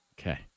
Okay